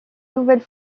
nouvelle